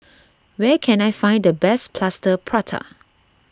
where can I find the best Plaster Prata